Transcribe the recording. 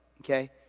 okay